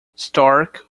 stark